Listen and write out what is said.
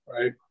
right